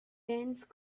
dense